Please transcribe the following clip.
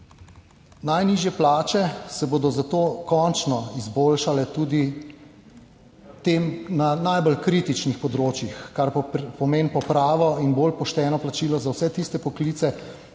Najnižje plače se bodo zato končno izboljšale tudi tem na najbolj kritičnih področjih, kar pomeni popravo in bolj pošteno plačilo za vse tiste poklice,